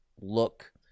look